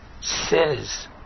says